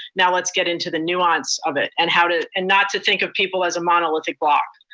now let's get into the nuance of it and how to, and not to think of people as a monolithic block.